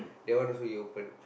that one also he open